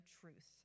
truth